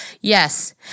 Yes